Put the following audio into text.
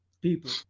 people